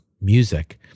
music